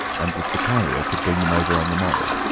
and that the carrier could bring them over on the morrow.